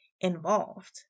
involved